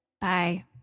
Bye